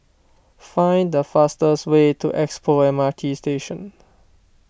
find the fastest way to Expo M R T Station